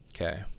Okay